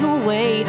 away